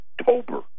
October